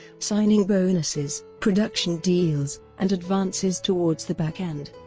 signing bonuses, production deals, and advances towards the back-end.